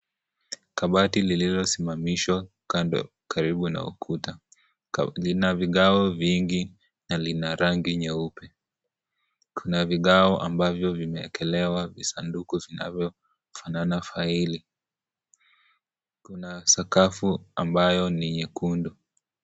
Kabati, lililosimamishwa kando karibu na ukuta. Lina vigao vingi, na lina rangi nyeupe. Kuna vigao ambavyo vimeekelewa sanduku zinazofanana faili. Kuna sakafu ambayo ni nyekundu.